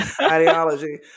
ideology